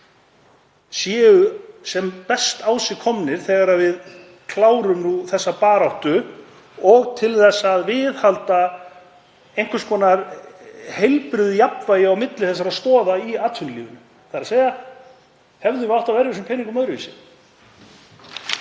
séu sem best á sig komnir þegar við klárum þessa baráttu og til að viðhalda einhvers konar heilbrigðu jafnvægi á milli þessara stoða í atvinnulífinu. Hefðum við átt að verja þessum peningum öðruvísi?